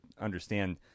understand